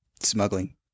smuggling